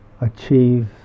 achieve